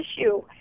issue